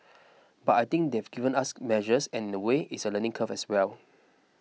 but I think they've given us measures and in a way it's a learning curve as well